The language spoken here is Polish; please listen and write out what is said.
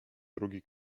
drugi